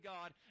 God